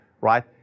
right